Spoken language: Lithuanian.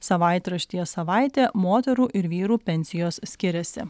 savaitraštyje savaitė moterų ir vyrų pensijos skiriasi